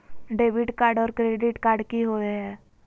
Debit card और credit card की होवे हय?